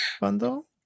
bundle